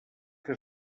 que